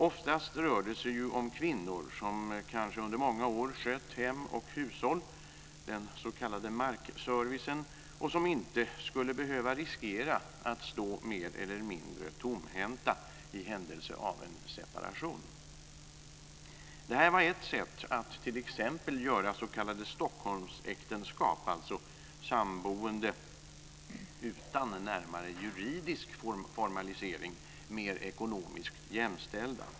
Oftast rör det sig ju om kvinnor som kanske under många år skött hem och hushåll, den s.k. markservicen, och som inte skulle behöva riskera att stå mer eller mindre tomhänta i händelse av en separation. Det här var ett sätt att t.ex. göra s.k. Stockholmsäktenskap, alltså samboende utan närmare juridisk formalisering, mer ekonomiskt jämställda.